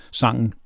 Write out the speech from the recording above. sangen